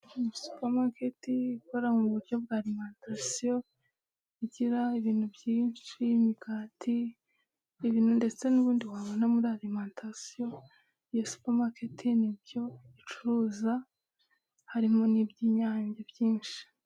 Ni supa maketi ikora mu buryo bwa arimantasiyo, igira ibintu byinshi imigati, ibintu ndetse n'ubindi wabona, muri arimantasiyo, iyi supa maketi ni byo icuruza harimo n'iby'Inyange byinshi.